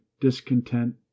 discontent